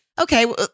Okay